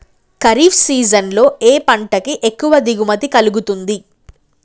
Kharif season లో ఏ పంట కి ఎక్కువ దిగుమతి కలుగుతుంది?